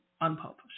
unpublished